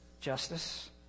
Justice